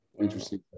interesting